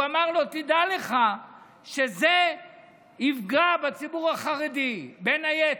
הוא אמר לו: תדע לך שזה יפגע בציבור החרדי בין היתר,